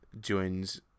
joins